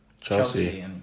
Chelsea